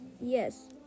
Yes